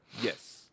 Yes